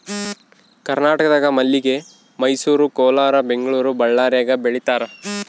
ಕರ್ನಾಟಕದಾಗ ಮಲ್ಲಿಗೆ ಮೈಸೂರು ಕೋಲಾರ ಬೆಂಗಳೂರು ಬಳ್ಳಾರ್ಯಾಗ ಬೆಳೀತಾರ